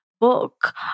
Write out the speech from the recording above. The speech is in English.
book